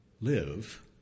live